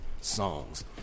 songs